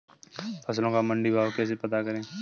फसलों का मंडी भाव कैसे पता करें?